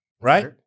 right